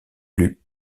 plus